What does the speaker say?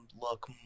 look